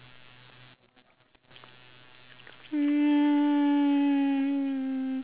mm